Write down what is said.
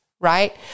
right